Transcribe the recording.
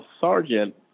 sergeant